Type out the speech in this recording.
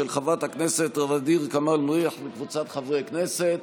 של חברת הכנסת ע'דיר כמאל מריח וקבוצת חברי הכנסת.